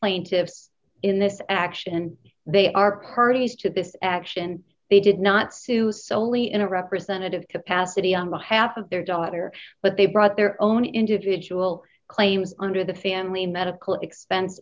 plaintiffs in this action and they are parties to this action they did not sue was solely in a representative capacity on behalf of their daughter but they brought their own individual claims under the family medical expense